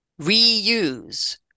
reuse